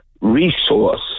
resource